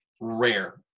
Rare